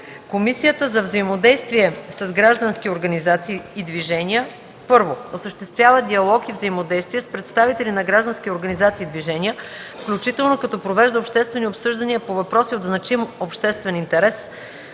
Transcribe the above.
Комисията за взаимодействие с граждански организации и движения: 1. осъществява диалог и взаимодействие с представители на граждански организации и движения, включително като провежда обществени обсъждания по въпроси от значим обществен интерес;